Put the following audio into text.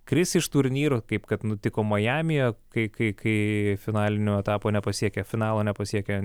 kris iš turnyro kaip kad nutiko majamyje kai kai kai finalinio etapo nepasiekę finalo nepasiekę